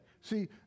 See